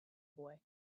boy